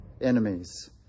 enemies